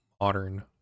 modern